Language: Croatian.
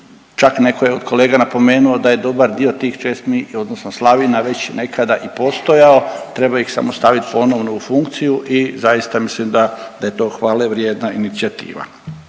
čak netko je od kolega napomenuo da je dobar dio tih česmi odnosno slavina već nekada i postojao treba ih samo staviti ponovno u funkciju i zaista mislim da je to hvale vrijedna inicijativa.